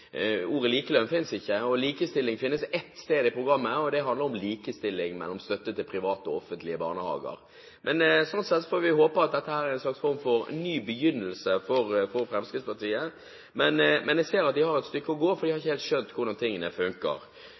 ordet «likelønn» ikke finnes, og at ordet «likestilling» finnes ett sted i programmet, og det handler om likestilling i støtte til offentlige og private barnehager. Sånn sett får vi håpe at dette er en slags form for ny begynnelse for Fremskrittspartiet. Men jeg ser at de har et stykke å gå, for de har ikke helt skjønt hvordan tingene funker.